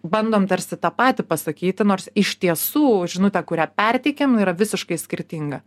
bandom tarsi tą patį pasakyti nors iš tiesų žinutė kurią perteikėm yra visiškai skirtinga